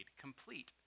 complete